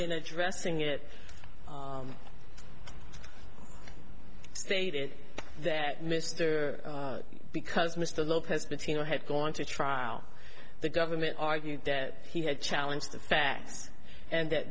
in addressing it stated that mr because mr lopez between you had gone to trial the government argued that he had challenge the facts and that